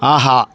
ஆஹா